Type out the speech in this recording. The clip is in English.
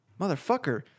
motherfucker